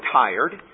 tired